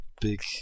big